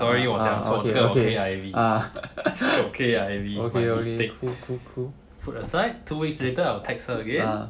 sorry 我讲错这个我 K_I_V 这个我 K_I_V stay cool cool cool put aside two weeks later I'll text her again